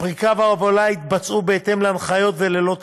הפריקה וההובלה נעשו בהתאם להנחיות וללא תקלות.